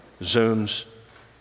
zooms